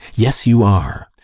yes, you are!